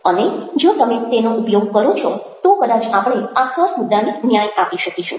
અને જો તમે તેનો ઉપયોગ કરો છો તો કદાચ આપણે આ ખાસ મુદ્દાને ન્યાય આપી શકીશું